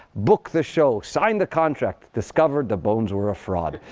booked the show. signed the contract. discovered the bones were a fraud.